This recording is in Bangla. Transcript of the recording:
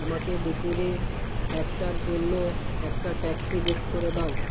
আমাকে দুপুরে একটার জন্য একটা ট্যাক্সি বুক করে দাও